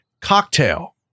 cocktail